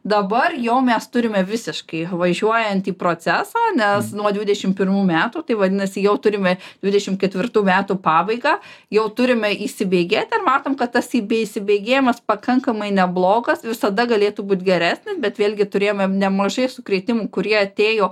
dabar jau mes turime visiškai važiuojantį procesą nes nuo dvidešim pirmų metų tai vadinasi jau turime dvidešim ketvirtų metų pabaigą jau turime įsibėgėt ir matom kad tas įsibėgėjimas pakankamai neblogas visada galėtų būt geresnis bet vėlgi turėjome nemažai sukrėtimų kurie atėjo